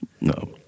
No